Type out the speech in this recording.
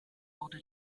wurde